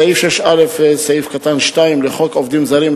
סעיף 6(א)(2) לחוק עובדים זרים,